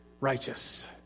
righteous